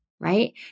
Right